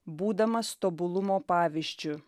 būdamas tobulumo pavyzdžiu